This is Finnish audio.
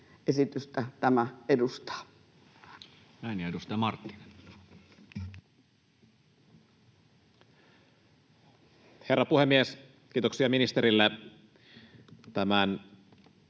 esitystä tämä edustaa. Näin. — Ja edustaja Marttinen. Herra puhemies! Kiitoksia ministerille tämän